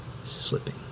slipping